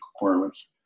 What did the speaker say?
requirements